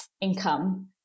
income